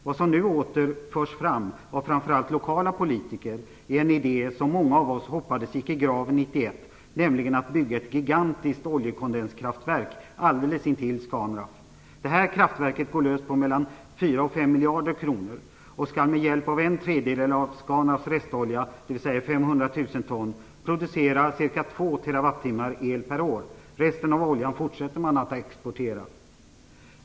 Vad som nu åter förs fram av framför allt lokala politiker är en idé som många av oss hoppades skulle gå i graven 1991, nämligen att bygga ett gigantiskt oljekondenskraftverk alldeles intill Scanraff. Detta kraftverk går löst på mellan 4 och 5 miljarder kronor och skall med hjälp av en tredjedel av Scanraffs restolja, dvs. 500 000 ton, producera ca 2 terawattimmar el per år. Resten av oljan fortsätter man att exportera.